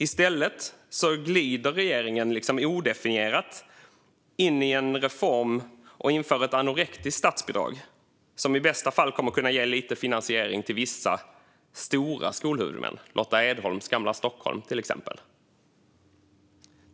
I stället glider regeringen liksom odefinierat in i en reform och inför ett anorektiskt statsbidrag som i bästa fall kommer att kunna ge lite finansiering till vissa, stora skolhuvudmän - Lotta Edholms Stockholm, till exempel.